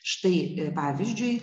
štai pavyzdžiui